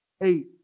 Eight